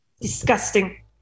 Disgusting